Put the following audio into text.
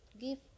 Give